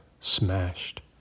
smashed